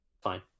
fine